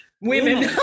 women